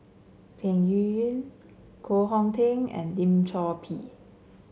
Peng Yuyun Koh Hong Teng and Lim Chor Pee